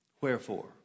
Wherefore